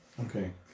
Okay